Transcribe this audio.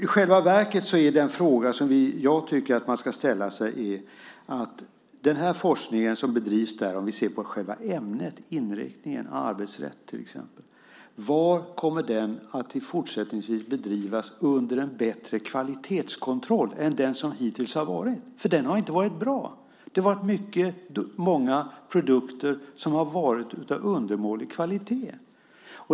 I själva verket tycker jag att den fråga som man ska ställa sig är var den forskning som bedrivs där, när vi ser på själva ämnet och inriktningen, arbetsrätt till exempel, fortsättningsvis kommer att bedrivas under en bättre kvalitetskontroll än den som hittills har varit. För den har inte varit bra. Många produkter har varit av undermålig kvalitet.